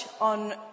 on